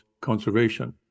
conservation